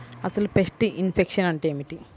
అసలు pest infection అంటే ఏమిటి?